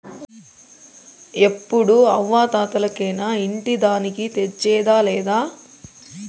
ఎప్పుడూ అవ్వా తాతలకేనా ఇంటి దానికి తెచ్చేదా లేదా